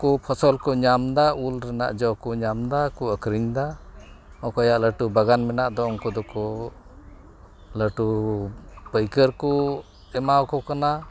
ᱠᱚ ᱯᱷᱚᱥᱚᱞᱠᱚ ᱧᱟᱢ ᱮᱫᱟ ᱩᱞ ᱨᱮᱱᱟᱜ ᱡᱚᱠᱚ ᱧᱟᱢ ᱮᱫᱟ ᱟᱨᱠᱚ ᱟᱹᱠᱷᱨᱤᱧ ᱮᱫᱟ ᱚᱠᱚᱭᱟᱜ ᱞᱟᱹᱴᱩ ᱵᱟᱜᱟᱱ ᱢᱮᱱᱟᱜ ᱫᱚ ᱩᱱᱠᱩ ᱫᱚᱠᱚ ᱞᱟᱹᱴᱩ ᱯᱟᱹᱭᱠᱟᱹᱨ ᱠᱚ ᱮᱢᱟᱣᱟᱠᱚ ᱠᱟᱱᱟ